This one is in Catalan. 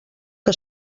que